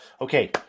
okay